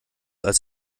als